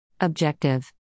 Objective